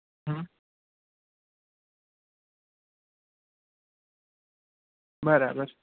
હ બરાબર